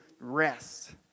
rest